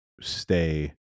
stay